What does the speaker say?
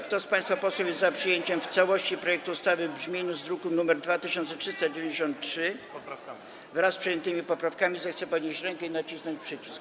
Kto z państwa posłów jest za przyjęciem w całości projektu ustawy w brzmieniu z druku nr 2393, wraz z przyjętymi poprawkami, zechce podnieść rękę i nacisnąć przycisk.